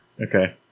Okay